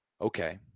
Okay